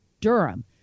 Durham